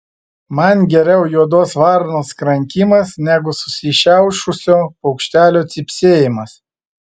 man geriau juodos varnos krankimas negu susišiaušusio paukštelio cypsėjimas